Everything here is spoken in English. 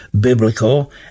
biblical